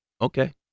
Okay